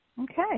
okay